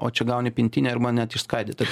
o čia gauni pintinę arba net išskaidytą